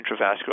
intravascular